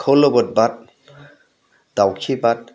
खौलोबोदबाद दावखिबाद